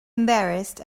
embarrassed